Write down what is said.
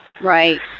Right